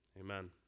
Amen